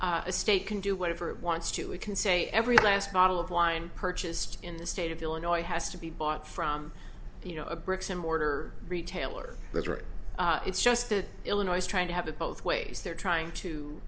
a state can do whatever it wants to we can say every last bottle of wine purchased in the state of illinois has to be bought from you know a bricks and mortar retailer that's right it's just that illinois trying to have it both ways they're trying to